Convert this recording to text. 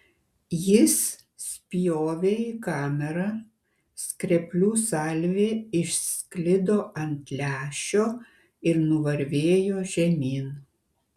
jis spjovė į kamerą skreplių salvė išsklido ant lęšio ir nuvarvėjo žemyn